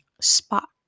Spot